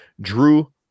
Drew